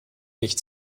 nicht